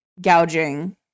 gouging